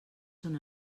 són